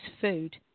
food